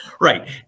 right